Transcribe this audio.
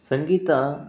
ಸಂಗೀತ